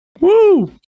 Woo